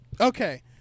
okay